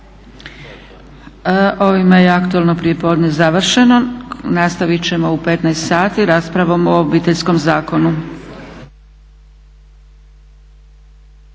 Ovime je aktualno prijepodne završeno. Nastavit ćemo u 15,00 sati raspravom o Obiteljskom zakonu.